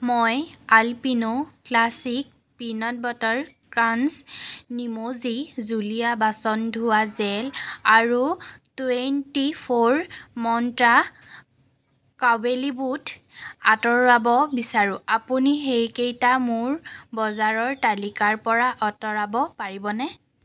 মই Alpino classic peanut butter crunch নিম'জি জুলীয়া বাচন ধোৱা জেল আৰু টুৱেণ্টি ফ'ৰ মন্ত্ৰা কাবুলী বুট আঁতৰাব বিচাৰোঁ আপুনি সেইকেইটা মোৰ বজাৰৰ তালিকাৰ পৰা আঁতৰাব পাৰিবনে